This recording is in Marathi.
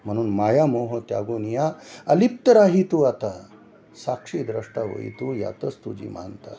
म्हणून मायामोह त्यागूनिया अलिप्त राही तू आता साक्षीद्रष्टा होई तू यातच तुझी महानता